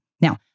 Now